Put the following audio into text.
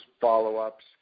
follow-ups